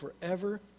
forever